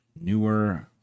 newer